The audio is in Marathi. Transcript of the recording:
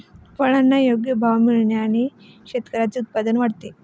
फळांना योग्य भाव मिळाल्याने शेतकऱ्यांचे उत्पन्न वाढते